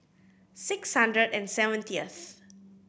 six hundred and seventieth